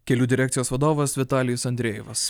kelių direkcijos vadovas vitalijus andrejevas